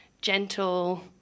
gentle